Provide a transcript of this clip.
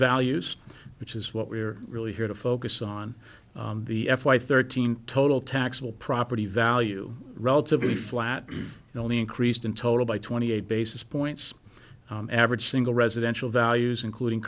values which is what we're really here to focus on the f y thirteen total taxable property value relatively flat and only increased in total by twenty eight basis points average single residential values including